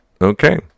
Okay